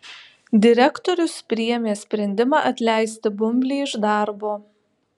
direktorius priėmė sprendimą atleisti bumblį iš darbo